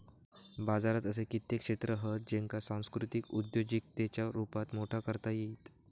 बाजारात असे कित्येक क्षेत्र हत ज्येंका सांस्कृतिक उद्योजिकतेच्या रुपात मोठा करता येईत